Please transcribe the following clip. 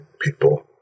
people